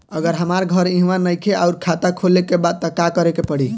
अगर हमार घर इहवा नईखे आउर खाता खोले के बा त का करे के पड़ी?